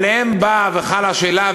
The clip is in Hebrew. עליהם באה וחלה השאלה,